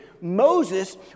Moses